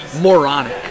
moronic